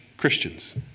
Christians